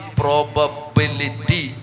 probability